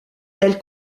elle